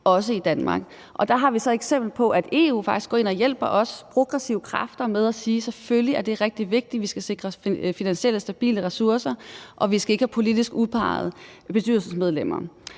også i Danmark. Og der har vi så et eksempel på, at EU faktisk går ind og hjælper os progressive kræfter med at sige, at selvfølgelig er det rigtig vigtigt, at vi skal sikre os stabile finansielle ressourcer, og at vi ikke skal have politisk udpegede bestyrelsesmedlemmer.